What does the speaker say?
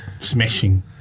smashing